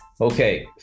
Okay